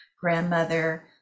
grandmother